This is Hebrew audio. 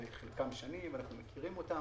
חלקם שנים, אנחנו מכירים אותם.